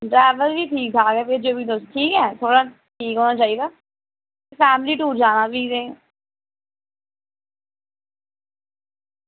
driver बी ठीक ठाक ऐ भेजेओ ठीक ऐ थोह्ड़ा ठीक होना चाहिदा फैमिली टूर जाना फ्ही ते